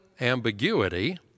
ambiguity